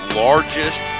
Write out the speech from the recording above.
largest